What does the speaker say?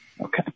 Okay